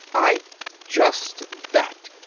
i just that,